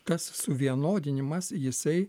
tas suvienodinimas jisai